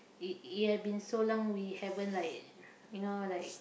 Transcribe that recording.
it it had been so long we haven't like you know like